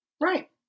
Right